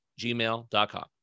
gmail.com